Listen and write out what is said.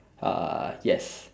uh yes